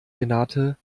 renate